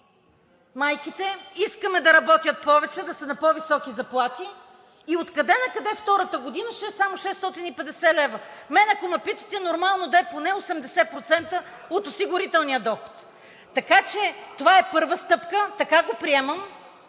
майките, искаме да работят повече, да са на по-високи заплати и откъде накъде втората година ще е само 650 лв.? Ако ме питате, нормално е да е поне 80% от осигурителния доход. Така че това е първа стъпка, така го приемам.